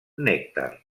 nèctar